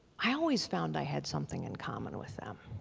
i always found i had something in common with them.